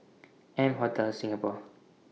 M Hotel Singapore